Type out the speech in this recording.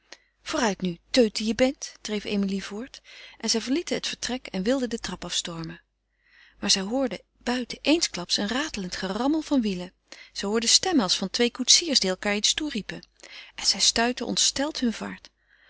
vooruit nu teut die je bent dreef emilie voort en zij verlieten het vertrek en wilden de trap afstormen maar zij hoorden buiten eensklaps een ratelend gerammel van wielen zij hoorden stemmen als van twee koetsiers die elkaâr iets toeriepen en zij stuitten ontsteld hun vaart